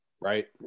Right